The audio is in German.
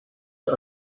der